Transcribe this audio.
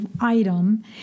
item